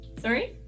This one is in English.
sorry